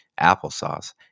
applesauce